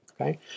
okay